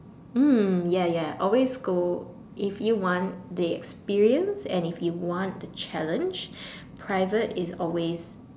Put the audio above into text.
ya ya always go if you want the experience and if you want the challenge private is always